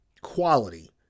quality